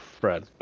Fred